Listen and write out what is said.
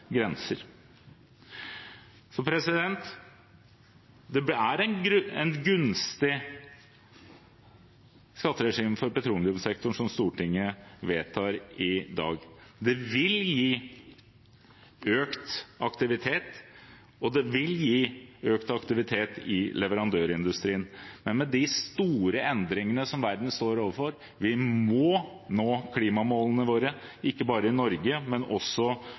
grenser. Det er et gunstig skatteregime for petroleumssektoren som Stortinget vedtar i dag. Det vil gi økt aktivitet, og det vil gi økt aktivitet i leverandørindustrien, men med de store endringene som verden står overfor – vi må nå klimamålene våre, ikke bare i Norge, men også